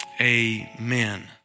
Amen